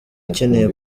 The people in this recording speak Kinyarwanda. ukeneye